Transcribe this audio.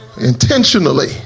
intentionally